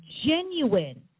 genuine